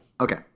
Okay